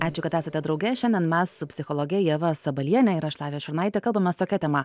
ačiū kad esate drauge šiandien mes su psichologe ieva sabaliene ir aš lavija šurnaitė kalbamės tokia tema